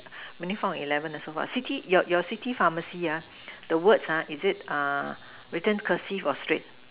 only found eleven lah so far city your your city pharmacy ah the words ah is it written cursive or straight